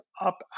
up